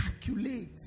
calculate